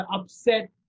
upset